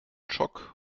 schock